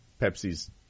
Pepsi's